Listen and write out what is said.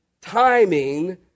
timing